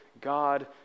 God